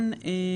סוציאלי,